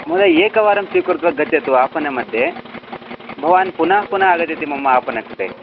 महोदय एकवारं स्वीकृत्य गच्छतु आपणमध्ये भवान् पुनः पुनः आगच्छति मम आपणं कृते